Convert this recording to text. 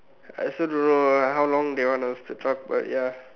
I also don't know lah how long they want us to talk ya